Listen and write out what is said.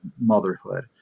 motherhood